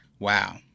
Wow